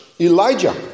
Elijah